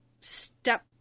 step